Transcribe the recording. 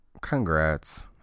congrats